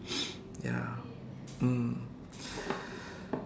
ya mm